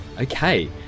Okay